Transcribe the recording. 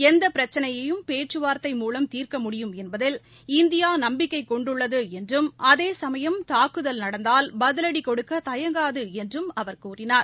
எந்தபிரச்சினையையும் பேச்சுவார்த்தை மூலம் தீர்க்க முடியும் என்பதில் இந்தியாநம்பிக்கைக் கொண்டுள்ளதுஎன்றும் அதேசமயம் தாக்குதல் நடந்தால் பதிலடிகொடுக்கதயங்காதுஎன்றும் அவர் கூறினார்